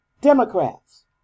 Democrats